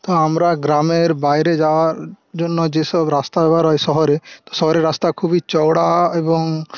তো আমরা গ্রামের বাইরে যাওয়ার জন্য যেসব রাস্তা ব্যবহার হয় শহরে তো শহরের রাস্তা খুবই চওড়া এবং